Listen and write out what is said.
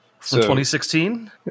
2016